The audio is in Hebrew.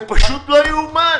זה פשוט לא יאומן.